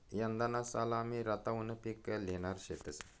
यंदाना साल आमी रताउनं पिक ल्हेणार शेतंस